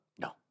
No